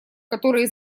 которые